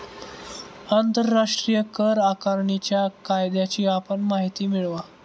आंतरराष्ट्रीय कर आकारणीच्या कायद्याची आपण माहिती मिळवा